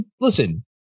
listen